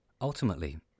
Ultimately